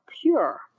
pure